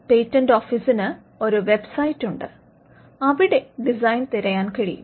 patent ഓഫീസിന് ഒരു website ഉണ്ട് അവിടെ ഡിസൈൻ തിരയാൻ കഴിയും